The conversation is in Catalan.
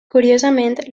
curiosament